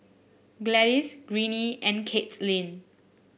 Gladis Greene and Caitlynn